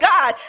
God